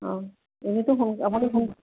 অঁ এনেইতো সোন আপুনি সোন